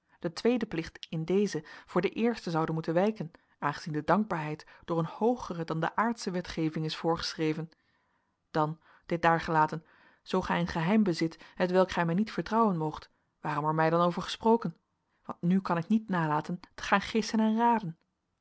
de tweede plicht in dezen voor den eersten zoude moeten wijken aangezien de dankbaarheid door een hoogere dan de aardsche wetgeving is voorgeschreven dan dit daargelaten zoo gij een geheim bezit hetwelk gij mij niet vertrouwen moogt waarom er mij dan over gesproken want nu kan ik niet nalaten te gaan gissen en raden